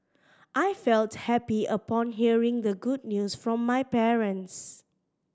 I felt happy upon hearing the good news from my parents